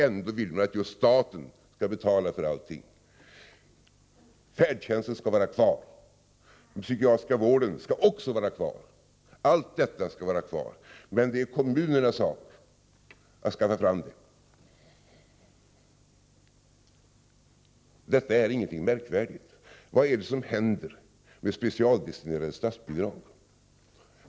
Ändå vill man att just staten skall betala för allting. Färdtjänsten skall vara kvar. Den psykiatriska vården skall också vara kvar. Allt detta skall vara kvar, men det är kommunernas sak att skaffa fram pengarna. Detta är ingenting märkvärdigt. Vad är det som händer med specialdestinerade statsbidrag?